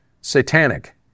Satanic